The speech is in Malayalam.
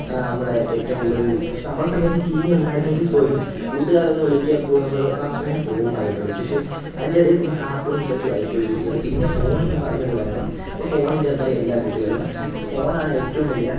നമ്മളെ ഏറ്റവും കൂടുതൽ വി നമ്മളുടെ സമയത്ത് ടീ വി ഉണ്ടായിരുന്നെങ്കിൽപ്പോലും കൂട്ടുകാർ വന്ന് വിളിക്കുമ്പോൾ നമ്മൾ അപ്പോഴേ പോകുമായിരുന്നു ചിഷെ അതിൻ്റെ ഇടേ പിന്നെ കാർട്ടൂൺസിലൊക്കെ ആയിപ്പോയി കുട്ടികൾ പിന്നെ ഫോണെന്നു പറഞ്ഞത് വന്നു ഇപ്പം ഫോണിൻറ്റകത്തായി എല്ലാ കുട്ടികളും ഇപ്പോൾ ഫോണാണ് ഏറ്റവും വലിയ